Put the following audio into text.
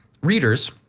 readers